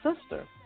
sister